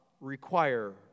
require